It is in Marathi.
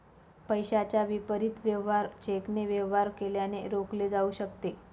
पैशाच्या विपरीत वेवहार चेकने वेवहार केल्याने रोखले जाऊ शकते